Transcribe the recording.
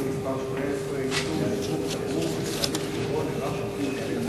(מס' 18) (איסור שיווק תמרוק שבתהליך ייצורו נערך ניסוי